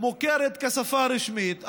מוכרת כשפה רשמית,